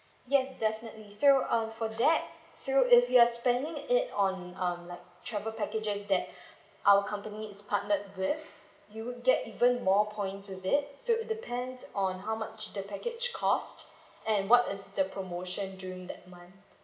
yes definitely so um for that so if you are spending it on um like travel packages that our company is partnered with you would get even more points with it so it depends on how much the package cost and what is the promotion during that month